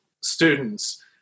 students